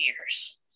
years